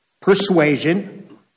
persuasion